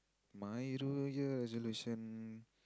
my New Year resolution